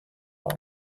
all